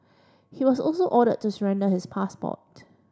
he was also ordered to surrender his passport